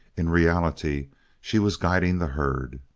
in reality she was guiding the herd.